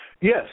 yes